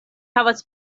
havas